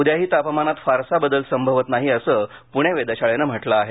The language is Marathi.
उद्याही तापमानात फारसा बदल संभवत नाही असं पूणे वेधशाळेनं म्हटलं आहे